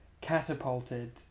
catapulted